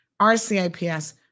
RCIPS